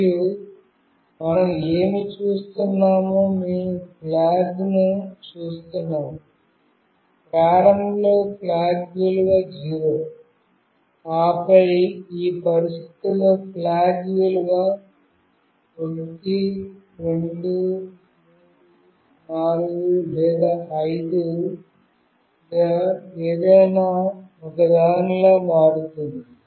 మరియు మనం ఏమి చేస్తున్నామో మేము ఈ ఫ్లాగ్ ను చూస్తున్నాము ప్రారంభంలో ఫ్లాగ్ విలువ 0 ఆపై ఈ పరిస్థితులలో ఫ్లాగ్ విలువ 1 2 3 4 లేదా 5 గా ఏదైనా ఒకదానిల మారుతుంది